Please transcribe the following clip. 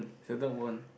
it's a dog bone